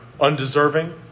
undeserving